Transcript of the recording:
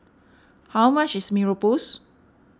how much is Mee Rebus